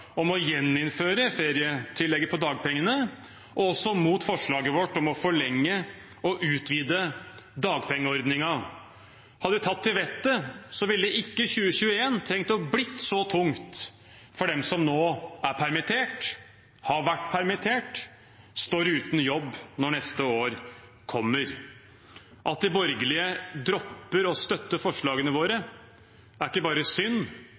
om å gjeninnføre ferietillegget på dagpengene, og også mot forslaget vårt om å forlenge og utvide dagpengeordningen. Hadde de tatt til vettet, ville ikke 2021 trengt å bli så tungt for dem som nå er permittert, har vært permittert, står uten jobb når neste år kommer. At de borgerlige dropper å støtte forslagene våre, er ikke bare synd,